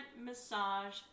massage